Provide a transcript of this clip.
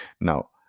Now